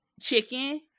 chicken